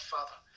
Father